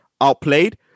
outplayed